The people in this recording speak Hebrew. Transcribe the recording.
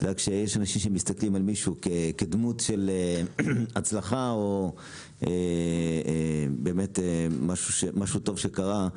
רק שיש אנשים שמסתכלים על מישהו כדמות של הצלחה או באמת משהו טוב שקרה.